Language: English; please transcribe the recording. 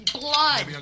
blood